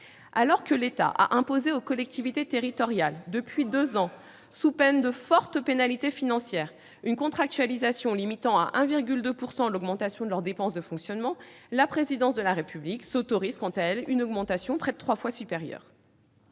Alors que l'État a imposé aux collectivités territoriales depuis deux ans, sous peine de forte pénalité financière, une contractualisation limitant à 1,2 % l'augmentation de leurs dépenses de fonctionnement, la présidence de la République s'autorise, quant à elle, une augmentation près de trois fois supérieure.